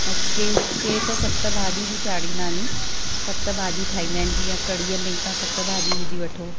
ऐं कंहिं कंहिं त सत भाॼियूं बि चाढ़ींदा नी सत भाॼियूं ठाहींदा आहिनि जीअं कढ़ीअ में तव्हां सत भाॼियूं विझी वठो